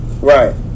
Right